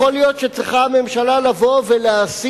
יכול להיות שצריכה הממשלה לבוא ולשים